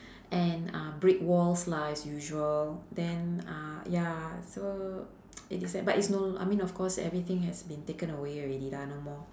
and uh brick walls lah as usual then uh ya so it is the~ but it's no but of course everything has been taken away already lah no more